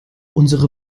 unsere